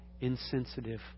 insensitive